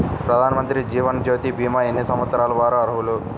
ప్రధానమంత్రి జీవనజ్యోతి భీమా ఎన్ని సంవత్సరాల వారు అర్హులు?